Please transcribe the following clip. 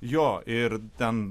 jo ir ten